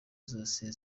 zose